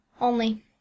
Only